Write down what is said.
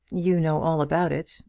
you know all about it.